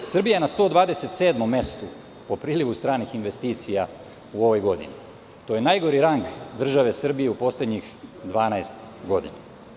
Srbija je na 127. mestu po prilivu stranih investicija u ovoj godini i to je najgori rang države Srbije u poslednjih 12 godina.